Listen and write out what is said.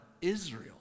Israel